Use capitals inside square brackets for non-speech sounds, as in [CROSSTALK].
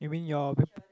you mean your [NOISE]